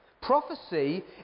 Prophecy